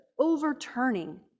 overturning